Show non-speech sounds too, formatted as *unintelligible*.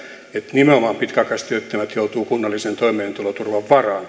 nimenomaan pitkäaikaistyöttömät joutuvat kunnallisen toimeentuloturvan varaan *unintelligible*